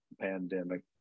Pandemic